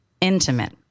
intimate